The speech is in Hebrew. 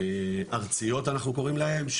ארציות אנחנו קוראים להן,